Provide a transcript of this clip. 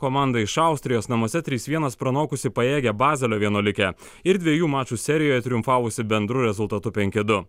komanda iš austrijos namuose trys vienas pranokusi pajėgią bazelio vienuolikę ir dviejų mačų serijoje triumfavusi bendru rezultatu penki du